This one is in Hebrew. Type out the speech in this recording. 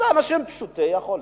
זה אנשים מעוטי יכולת,